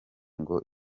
ngo